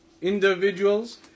individuals